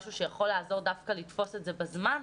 משהו שיכול לעזור דווקא לתפוס את זה בזמן?